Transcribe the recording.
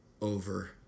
over